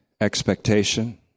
expectation